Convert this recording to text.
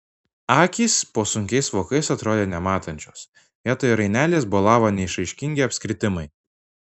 akys po sunkiais vokais atrodė nematančios vietoj rainelės bolavo neišraiškingi apskritimai